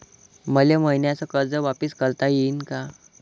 मले मईन्याचं कर्ज वापिस करता येईन का?